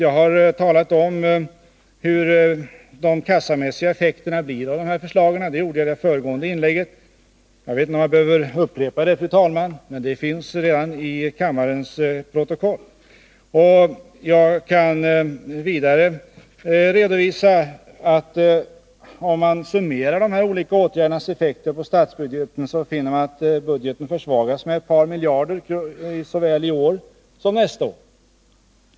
Jag talade i mitt föregående inlägg om, hur de kassamässiga effekterna av de här förslagen blir, och jag vet inte om jag behöver upprepa det, fru talman; det finns redan i kammarens protokoll. Vidare kan jag redovisa att om man summerar de här olika åtgärdernas effekter på statsbudgeten, finner man att den försvagas med ett par miljarder såväl i år som nästa år.